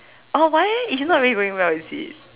oh why it's not really going well is it